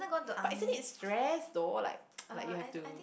but isn't it stress though like like you have to